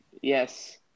Yes